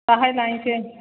दाहाय लायसै